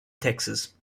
texas